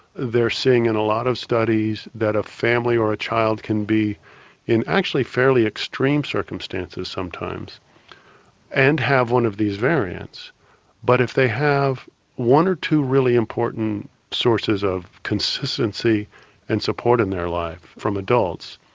seeing in a lot of studies that a family or a child can be in actually fairly extreme circumstances sometimes and have one of these variants but if they have one or two really important sources of consistency and support in their life from adults